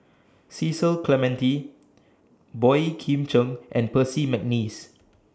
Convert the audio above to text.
Cecil Clementi Boey Kim Cheng and Percy Mcneice